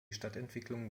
stadtentwicklung